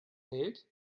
hält